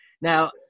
Now